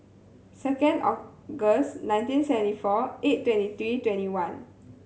second August nineteen seventy four eight twenty three twenty one